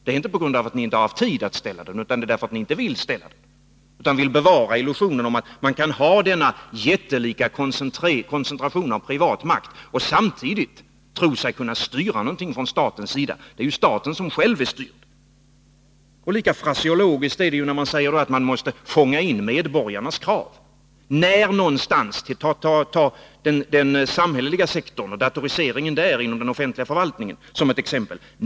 Det beror inte på att ni inte har haft tid att ställa dem, utan på att ni inte vill ställa dem och på att ni vill bevara illusionen om att man kan ha denna jättelika koncentration av privat makt och samtidigt tro sig kunna styra någonting från statens sida. I själva verket är det ju staten som själv är styrd. Lika fraseologiskt är det när man säger att man kan fånga in medborgarnas krav. Tag den samhälleliga sektorn och datoriseringen där som ett exempel!